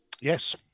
Yes